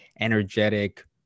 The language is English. energetic